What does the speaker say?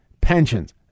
Pensions